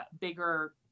bigger